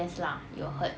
mm